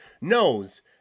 knows